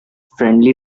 friendly